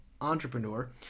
entrepreneur